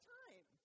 time